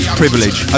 privilege